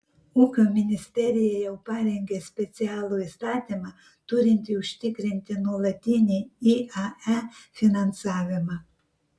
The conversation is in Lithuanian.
ūkio ministerija jau parengė specialų įstatymą turintį užtikrinti nuolatinį iae finansavimą